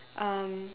um